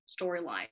storyline